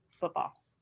football